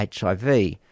HIV